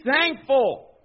thankful